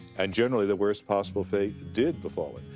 and generally, the worst possible fate did befall him,